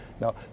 Now